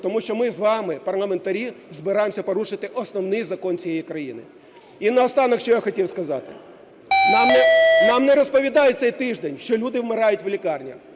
тому що ми з вами, парламентарі, збираємося порушити Основний Закон цієї країни. І наостанок що я хотів сказати. Нам не розповідають цей тиждень, що люди вмирають в лікарнях.